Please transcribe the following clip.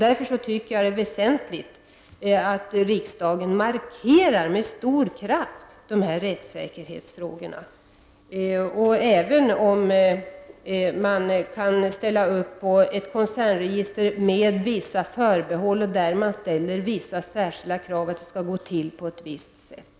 Därför anser jag att det är väsentligt att riksdagen med stor kraft poängterar säkerhetsfrågorna, även om man med förbehåll för att det hela skall gå till på ett visst sätt kan ställa upp bakom förslaget på ett koncernregister.